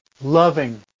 Loving